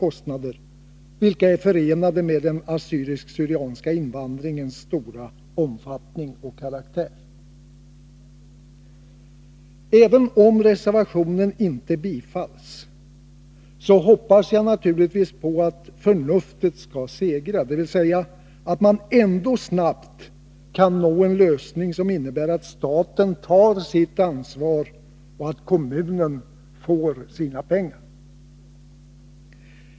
Kostnaderna är förenade med den assyrisk-syrianska invandringen — med tanke på dess omfattning och karaktär. Även om reservationen inte bifalls, hoppas jag naturligtvis att förnuftet skall segra — dvs. att man ändå snabbt kan komma fram till en lösning, som innebär att staten tar sitt ansvar och att kommunen får sina pengar.